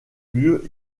lieu